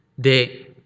day